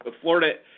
Florida